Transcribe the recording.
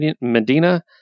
Medina